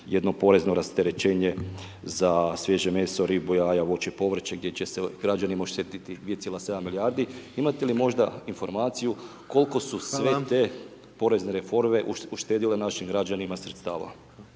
jedno porezno rasterećenje za svježe meso, ribu, jaja, voće, povrće, gdje će se građani moći sjetiti 2,7 milijardi, imate li možda informaciju …/Upadica: Hvala/…koliko su sve te porezne reforme uštedjele našim građanima sredstava?